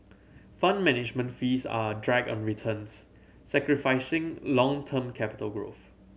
Fund Management fees are a drag on returns sacrificing long term capital growth